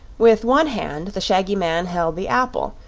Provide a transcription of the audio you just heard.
with one hand the shaggy man held the apple,